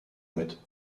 mit